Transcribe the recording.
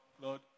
Lord